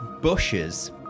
bushes